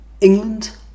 England